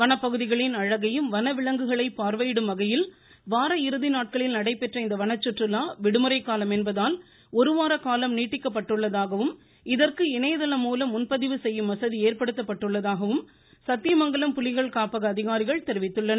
வனப்பகுதிகளின் அழகையும் வன விலங்குகளையும் பார்வையிடும் வகையில் வார இறுதி நாட்களில் நடைபெற்ற இந்த வனச்சுற்றுலா விடுமுறை காலம் என்பதால் ஒருவார காலம் நீட்டிக்கப்பட்டுள்ளதாகவும் இதற்கு இணையதளம் மூலம் முன்பதிவு செய்யும் வசதி ஏற்படுத்தப்பட்டுள்ளதாகவும் சத்தியமங்கலம் புலிகள் காப்பக அதிகாரிகள் தெரிவித்துள்ளனர்